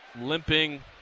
Limping